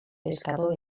pescador